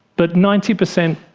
but ninety percent,